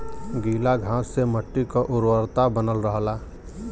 गीला घास से मट्टी क उर्वरता बनल रहला